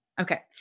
Okay